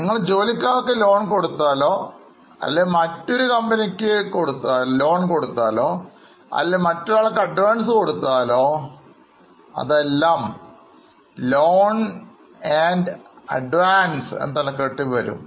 നിങ്ങൾ ജോലിക്കാർക്ക് Loan കൊടുത്താലോ അല്ലെങ്കിൽ മറ്റൊരു കമ്പനിക്ക് കൊടുത്താലോ അല്ലെങ്കിൽ മറ്റൊരാൾക്ക് അഡ്വാൻസ് കൊടുത്താലോ നോക്കാം അതെല്ലാം ലോൺ അഡ്വാൻസ്എന്ന തലക്കെട്ടിൽ വരും